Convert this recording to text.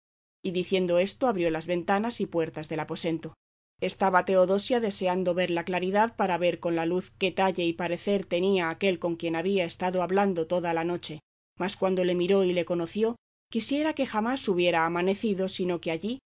y diciendo esto abrió las ventanas y puertas del aposento estaba teodosia deseando ver la claridad para ver con la luz qué talle y parecer tenía aquel con quien había estado hablando toda la noche mas cuando le miró y le conoció quisiera que jamás hubiera amanecido sino que allí